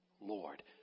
Lord